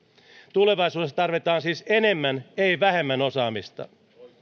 tulevaisuudessa tarvitaan siis enemmän ei vähemmän osaamista